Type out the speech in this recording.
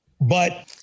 But-